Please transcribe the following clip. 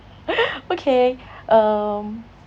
okay um